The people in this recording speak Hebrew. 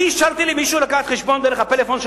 אני אישרתי למישהו לקחת תשלום דרך הפלאפון של